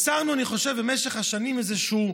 אני חושב שבמשך השנים יצרנו,